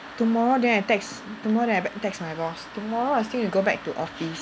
tomorrow then I text tomorrow then I bac~ text my boss tomorrow I still need to go back to office